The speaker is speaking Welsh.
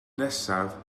nesaf